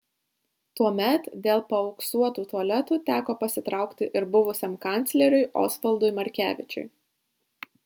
tuomet dėl paauksuotų tualetų teko pasitraukti ir buvusiam kancleriui osvaldui markevičiui